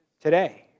today